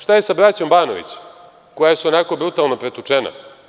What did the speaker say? Šta je sa braćom Banović, koja su onako brutalno pretučena?